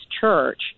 church